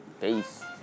peace